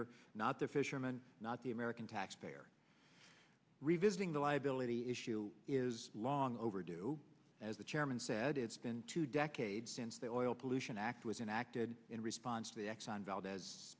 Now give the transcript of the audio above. er not the fisherman not the american taxpayer revisiting the liability issue is long overdue as the chairman said it's been two decades since they all pollution act was enacted in response to the exxon val